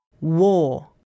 War